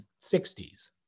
1960s